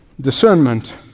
Discernment